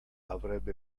avrebbe